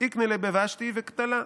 "איקני בה בושתי וקטלה".